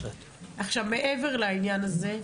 מעבר לעניין הזה,